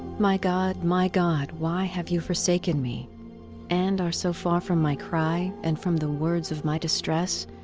my god, my god, why have you forsaken me and are so far from my cry and from the words of my distress?